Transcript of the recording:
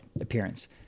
appearance